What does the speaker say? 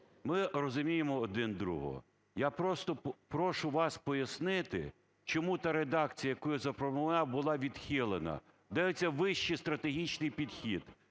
ми розуміємо один другого. Я просто прошу вас пояснити, чому та редакція, яку я запропонував, була відхилена. Де оцей вищий стратегічний підхід?